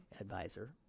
advisor